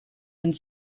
and